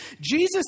Jesus